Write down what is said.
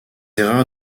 erreurs